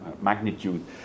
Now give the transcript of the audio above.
magnitude